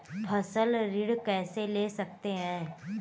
फसल ऋण कैसे ले सकते हैं?